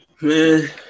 Man